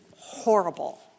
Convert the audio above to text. horrible